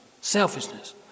Selfishness